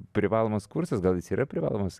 privalomas kursas gal jis yra privalomas